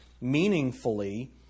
meaningfully